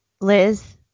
Liz